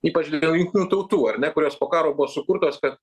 ypač dėl jungtinių tautų ar ne kurios po karo buvo sukurtos kad